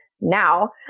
now